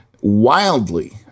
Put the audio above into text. wildly